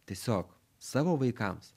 tiesiog savo vaikams